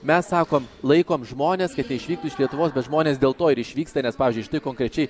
mes sakom laikom žmones kad neišvyktų iš lietuvos bet žmonės dėl to ir išvyksta nes pavyzdžiui štai konkrečiai